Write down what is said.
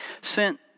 sent